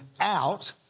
out